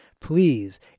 Please